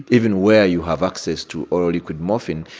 even where you have access to all liquid morphine,